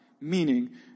Meaning